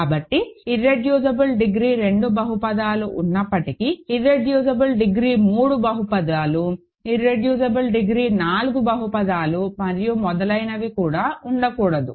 కాబట్టి irreducible degree 2 బహుపదాలు ఉన్నప్పటికీ ఇర్రెడ్యూసిబుల్ డిగ్రీ 3 బహుపదిలు ఇర్రెడ్యూసిబుల్ డిగ్రీ 4 బహుపదిలు మరియు మొదలైనవి ఉండకూడదు